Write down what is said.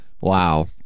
Wow